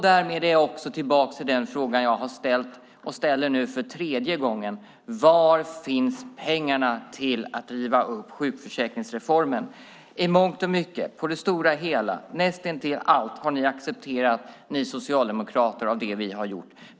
Därmed är jag också tillbaka till den fråga jag har ställt och nu ställer för tredje gången: Var finns pengarna till att riva upp sjukförsäkringsreformen? I mångt och mycket, på det stora hela, har ni socialdemokrater accepterat näst intill allt av det vi har gjort.